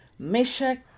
Meshach